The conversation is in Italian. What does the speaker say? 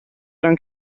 eran